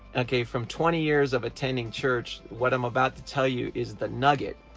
okay, from twenty years of attending church, what i'm about to tell you is the nugget.